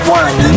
one